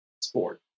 sport